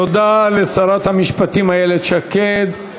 תודה לשרת המשפטים איילת שקד.